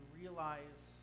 realize